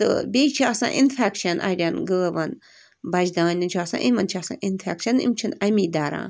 تہٕ بیٚیہِ چھِ آسان اِنفٮ۪کشَن اَڈٮ۪ن گٲوَن بَجہٕ دانٮ۪ن چھُ آسان یِمَن چھِ آسان اِنفٮ۪کشَن یِم چھِنہٕ اَمی دَران